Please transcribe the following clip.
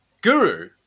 Guru